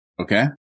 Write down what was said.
Okay